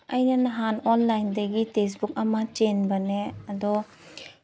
ꯑꯩꯅ ꯅꯍꯥꯟ ꯑꯣꯟꯂꯥꯏꯟꯗꯒꯤ ꯇꯦꯛꯁꯕꯨꯛ ꯑꯃ ꯆꯦꯟꯕꯅꯦ ꯑꯗꯣ